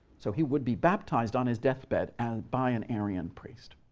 so he would be baptized on his deathbed and by an arian priest.